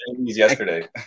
yesterday